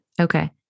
okay